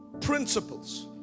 principles